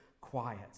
quiet